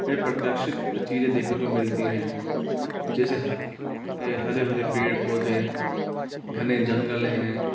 अप्रत्याशित चीज़ें देखने को मिलती हैं जैसे हर हरे भरे पेड़ पौधे घने जंगल हैं